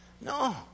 No